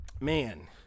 man